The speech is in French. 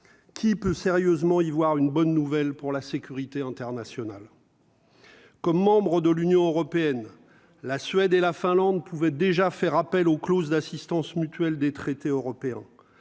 qui peut sérieusement y voir une bonne nouvelle pour la sécurité internationale. Comme membre de l'Union européenne, la Suède et la Finlande pouvait déjà faire appel aux clause d'assistance mutuelle des traités européens,